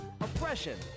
oppression